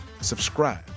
subscribe